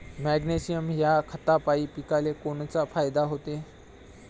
Magnesium ह्या खतापायी पिकाले कोनचा फायदा होते?